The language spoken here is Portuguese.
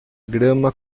grama